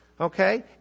Okay